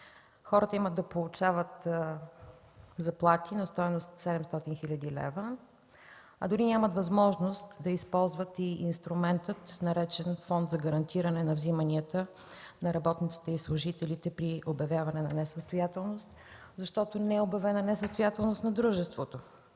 Хората имат да получават заплати на стойност 700 хил. лв., а дори нямат възможност да използват и инструмента, наречен „Фонд за гарантиране на взиманията на работниците и служителите при обявяване на несъстоятелност”, защото не е обявена несъстоятелност на дружеството.